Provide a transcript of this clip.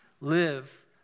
live